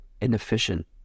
inefficient